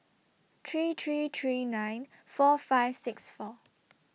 three three three nine four five six four